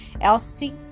Elsie